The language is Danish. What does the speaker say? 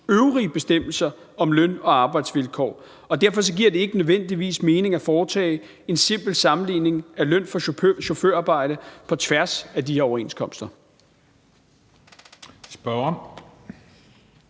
øvrige bestemmelser om løn- og arbejdsvilkår, og derfor giver det ikke nødvendigvis mening at foretage en simpel sammenligning af løn for chaufførarbejde på tværs af de her overenskomster.